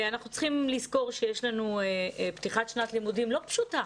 אנחנו צריכים לזכור שיש לנו פתיחת שנת לימודים לא פשוטה,